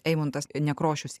eimuntas nekrošius